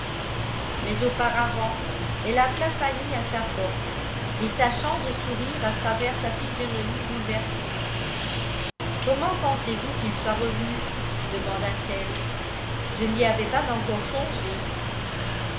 mais auparavant elle appela fanny à sa porte et tâchant de sourire à travers sa physionomie bouleversée comment pensez-vous qu'il soit revenu demanda-t-elle je n'y avais pas encore songé